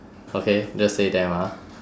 okay just say them ah